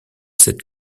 cette